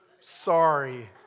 sorry